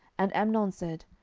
and amnon said,